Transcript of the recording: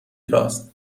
راست